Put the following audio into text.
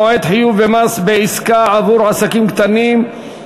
מועד חיוב במס בעסקה עבור עסקים קטנים),